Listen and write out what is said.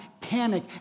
panic